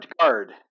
guard